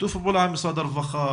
בשיתוף פעולה עם משרד הרווחה,